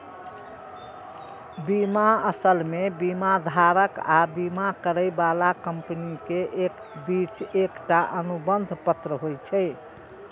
बीमा असल मे बीमाधारक आ बीमा करै बला कंपनी के बीच एकटा अनुबंध पत्र होइ छै